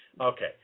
Okay